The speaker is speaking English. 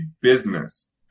business